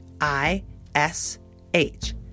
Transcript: I-S-H